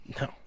No